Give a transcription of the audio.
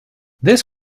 this